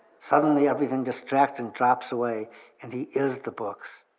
suddenly, everything distracting drops away and he is the books,